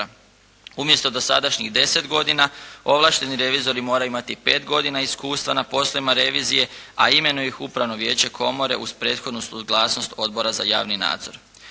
Umjesto dosadašnjih deset godina, ovlašteni revizori moraju imati pet godina iskustva na poslovima revizije, a imenuje ih Upravno vijeće komore uz prethodnu suglasnost Odbora za javni nadzor.